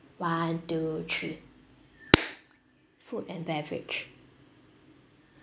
one two three food and beverage